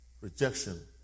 Rejection